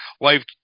life